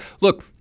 look